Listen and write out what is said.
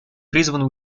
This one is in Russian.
призвано